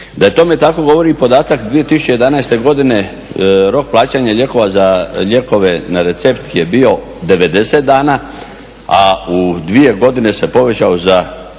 Da je tome tako govori i podatak 2011.godine rok plaćanja za lijekove na recept je bio 90 dana, a u dvije godine se povećao za